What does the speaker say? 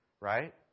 Right